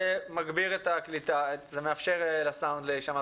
בפרסום של הימורים ומוצריהם ולאו דווקא הסוגיה הטכנית של שעות